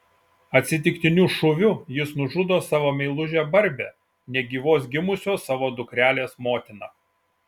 atsitiktiniu šūviu jis nužudo savo meilužę barbę negyvos gimusios savo dukrelės motiną